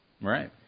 Right